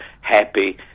happy